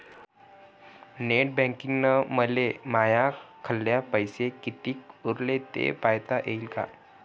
Net बँकिंगनं मले माह्या खाल्ल पैसा कितीक उरला थे पायता यीन काय?